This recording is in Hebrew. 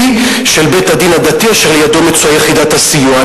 של בית-הדין הדתי אשר לידו מצויה יחידת הסיוע".